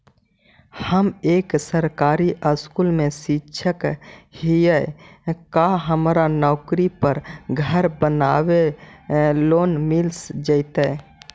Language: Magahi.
हम एक सरकारी स्कूल में शिक्षक हियै का हमरा नौकरी पर घर बनाबे लोन मिल जितै?